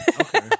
Okay